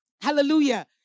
Hallelujah